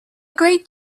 great